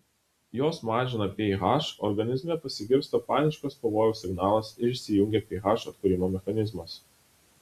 jos mažina ph organizme pasigirsta paniškas pavojaus signalas ir įsijungia ph atkūrimo mechanizmas